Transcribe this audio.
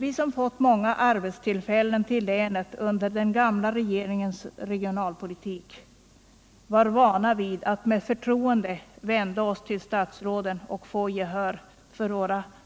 Eftersom vi fått många arbetstillfällen till länet genom den gamla regeringens regionalpolitik var vi vana vid att med förtroende vända oss till statsråden och få gehör